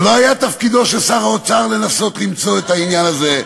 זה לא היה תפקידו של שר האוצר לנסות למצוא את העניין הזה?